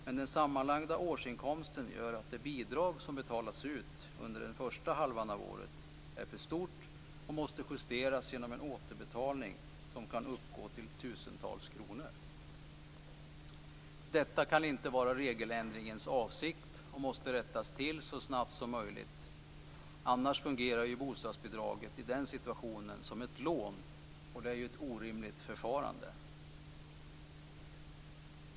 Men den sammanlagda årsinkomsten gör att det bidrag som betalats ut under den första halvan av året är för stort och måste justeras genom en återbetalning som kan uppgå till tusentals kronor. Detta kan inte vara regeländringens avsikt och måste rättas till så snabbt som möjligt. Annars fungerar ju bostadsbidraget i den situationen som ett lån, och det är ett orimligt förfarande.